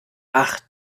ach